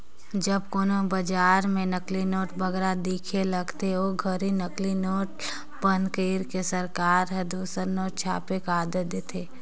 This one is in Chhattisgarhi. जब कोनो बजार में नकली नोट बगरा दिखे लगथे, ओ घनी नकली नोट ल बंद कइर के सरकार हर दूसर नोट छापे कर आदेस देथे